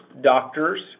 doctors